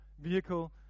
vehicle